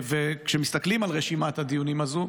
כשמסתכלים על רשימת הדיונים הזו,